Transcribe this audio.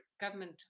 government